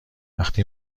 وقتی